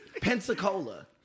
Pensacola